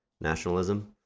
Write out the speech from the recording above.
nationalism